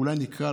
אולי תקימו